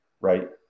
right